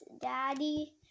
Daddy